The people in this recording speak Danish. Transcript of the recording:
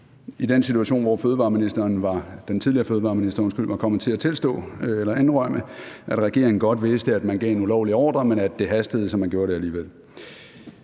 i den situation, hvor den tidligere fødevareminister var kommet til at tilstå eller indrømme, at regeringen godt vidste, at man gav en ulovlig ordre, men at det hastede, så man gjorde det alligevel.